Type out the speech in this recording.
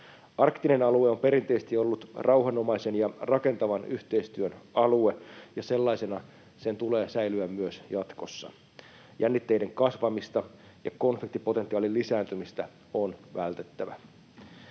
Arktinen alue on perinteisesti ollut rauhanomaisen ja rakentavan yhteistyön alue, ja sellaisena sen tulee säilyä myös jatkossa. Jännitteiden kasvamista ja konfliktipotentiaalin lisääntymistä on vältettävä.